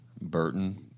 Burton